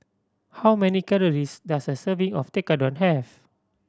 how many calories does a serving of Tekkadon have